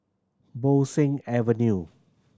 Bo Seng Avenue